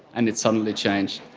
and it suddenly changed.